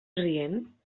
rient